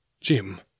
Jim